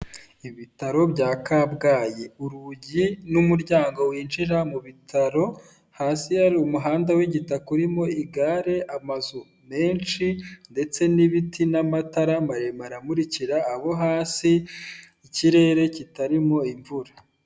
Ibitaro bya kabgayi urugi n'umuryango winjira mu bitaro hasi hari umuhanda w'igitaka urimo igare, amazu menshi ndetse n'ibiti n'amatara maremare amurikira abo hasi, ikirere kitarimo imvura.